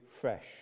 fresh